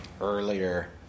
earlier